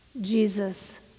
Jesus